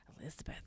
Elizabeth